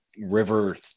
river